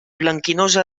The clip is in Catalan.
blanquinosa